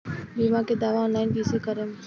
बीमा के दावा ऑनलाइन कैसे करेम?